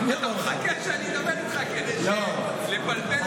מחכה שאני אדבר איתך כדי לפלפל לך